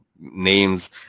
names